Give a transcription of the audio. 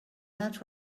not